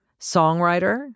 songwriter